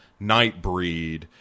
Nightbreed